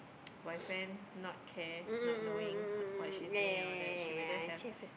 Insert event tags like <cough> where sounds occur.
<noise> boyfriend not care not knowing what she's doing and all that she rather have